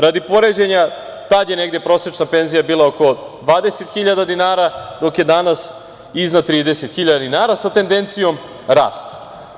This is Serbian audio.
Radi poređenja tada je prosečna penzija bila oko 20.000 dinara, dok je danas iznad 30.000 dinara, sa tendencijom rasta.